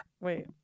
Wait